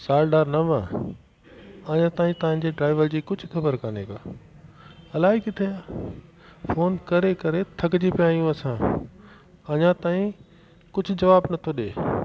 साढ़ा नव हाणे ताईं तव्हांजे ड्राइवर जी कुझु ख़बर कोने का अलाए किते आहे फोन करे करे थकजी पिया आहियूं असां अञा ताईं कुझु जवाब नथो ॾिए